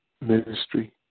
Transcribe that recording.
ministry